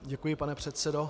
Děkuji, pane předsedo.